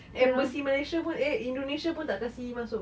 embassy malaysia eh indonesia pun tak kasi masuk [pe]